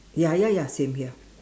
ya ya ya same here